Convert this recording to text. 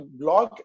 blog